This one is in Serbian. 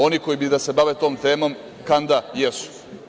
Oni koji bi da se bave tom temom kanda jesu.